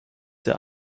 sehr